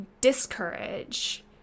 discourage